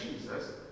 Jesus